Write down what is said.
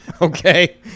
Okay